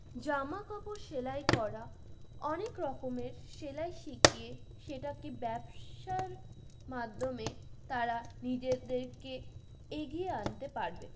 জামাকাপড় সেলাই করা অনেক রকমের সেলাই শিখিয়ে সেটাকে ব্যবসার মাধ্যমে তারা নিজেদেরকে এগিয়ে আনতে পারবে